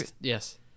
Yes